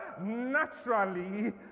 naturally